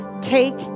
Take